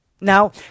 Now